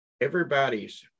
everybody's